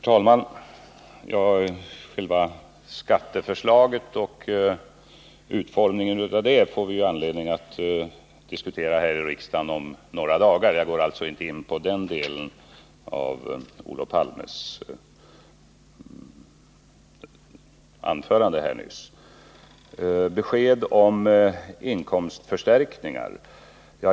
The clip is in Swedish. Herr talman! Skatteförslaget och utformningen av det får vi ju anledning att diskutera här i riksdagen om några dagar. Jag går alltså inte in på den delen av Olof Palmes anförande. Olof Palme efterlyste besked om inkomstförstärkningar.